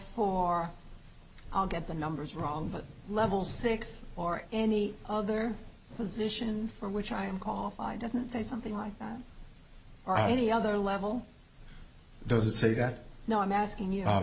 for i'll get the numbers wrong but level six or any other position for which i am call i doesn't say something like that or any other level does it say that now i'm asking you